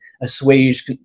assuage